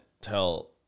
tell